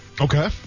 Okay